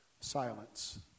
Silence